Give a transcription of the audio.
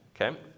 okay